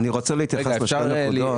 אני רוצה להתייחס לשתי נקודות.